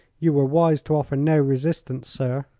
you were wise to offer no resistance, sir.